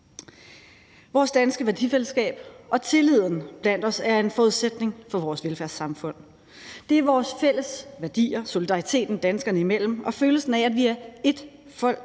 Vores danske værdifællesskab og tilliden iblandt os er en forudsætning for vores velfærdssamfund. Det er vores fælles værdier, solidariteten danskerne imellem og følelsen af, at vi er ét folk,